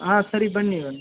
ಹಾಂ ಸರಿ ಬನ್ನಿ ಬನ್ನಿ